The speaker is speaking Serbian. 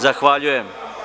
Zahvaljujem.